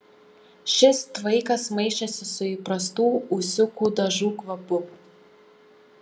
šis tvaikas maišėsi su įprastu ūsiukų dažų kvapu